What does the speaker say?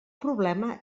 problema